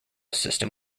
system